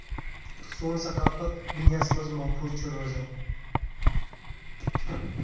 سون سکافات دُنیاہَس منٛز محفوٗظ چھُ روزان